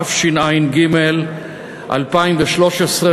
התשע"ג 2013,